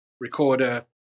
recorder